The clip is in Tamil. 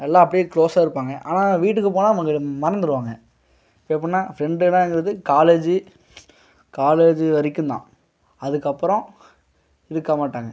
நல்லா அப்படியே க்ளோஸ்ஸா இருப்பாங்க ஆனால் வீட்டுக்கு போனால் மறந்துடுவாங்க இப்போ எப்புடின்னா ஃப்ரெண்டுலாங்கறது காலேஜி காலேஜி வரைக்குந்தான் அதுக்கப்பறம் இருக்க மாட்டாங்க